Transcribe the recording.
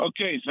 Okay